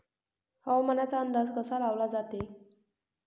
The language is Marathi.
हवामानाचा अंदाज कसा लावला जाते?